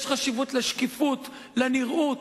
יש חשיבות לשקיפות, לנראות.